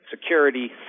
security